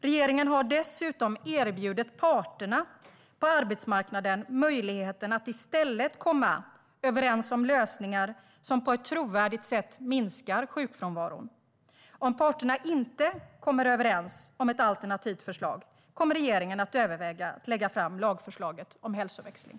Regeringen har dessutom erbjudit parterna på arbetsmarknaden möjligheten att i stället komma överens om trovärdiga lösningar som kommer att minska sjukfrånvaron. Om parterna inte kommer överens om ett alternativt förslag kommer regeringen att överväga att lägga fram lagförslaget om hälsoväxling.